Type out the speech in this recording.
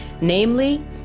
Namely